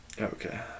Okay